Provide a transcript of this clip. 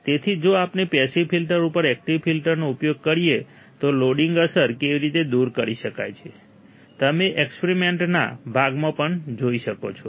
તેથી જો આપણે પેસિવ ફિલ્ટર્સ ઉપર એકટીવ ફિલ્ટરનો ઉપયોગ કરીએ તો લોડિંગ અસર કેવી રીતે દૂર કરી શકાય છે તમે એક્સપેરિમેન્ટના ભાગમાં પણ જોઈ શકો છો